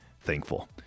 thankful